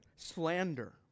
Slander